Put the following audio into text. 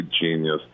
genius